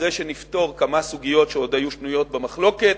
אחרי שנפתור כמה סוגיות שעוד היו שנויות במחלוקת.